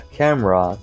camera